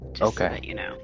okay